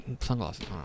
sunglasses